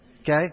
okay